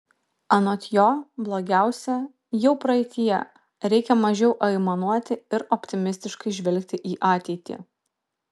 anot jo blogiausia jau praeityje reikia mažiau aimanuoti ir optimistiškai žvelgti į ateitį